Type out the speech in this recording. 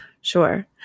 Sure